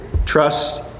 Trust